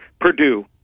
Purdue